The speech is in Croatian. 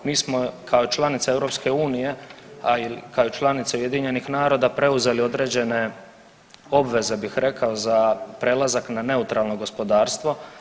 Mi smo kao članica EU, a i kao članica UN-a preuzeli određene obveze bih rekao za prelazak na neutralno gospodarstvo.